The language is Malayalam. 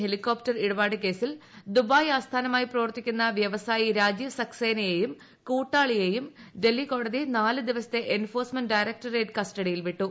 ഹെലികോപ്റ്റർ ഇടപാടു കേസിൽ ദുബായ് ആസ്ഥാനമായി പ്രവർത്തിക്കുന്ന വ്യവസായി രാജീവ് സക്സേനയും കൂട്ടാളിയെയും ഡൽഹി കോടതി നാല് ദിവസത്തെ എൻഫോഴ്സ്മെന്റ് ഡയറക്ട്രേറ്റ് കസ്റ്റഡിയിൽ വിട്ടു